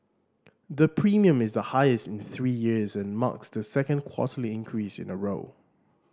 the premium is the highest in three years and marks the second quarterly increase in a row